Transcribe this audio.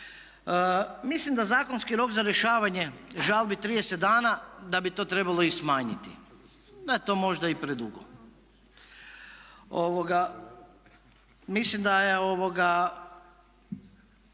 Mislim da zakonski rok za rješavanje žalbi 30 dana da bi to trebalo i smanjiti, da je to možda i predugo. Mislim da je rezultat